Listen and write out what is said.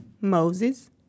Moses